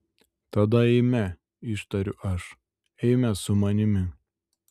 tada eime ištariu aš eime su manimi